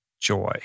joy